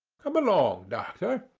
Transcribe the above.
come along, doctor,